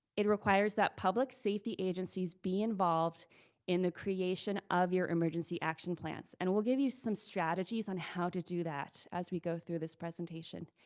it requires that public safety agencies be involved in the creation of your emergency action plans. and we'll give you some strategies on how to do that as we go through this presentation.